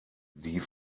die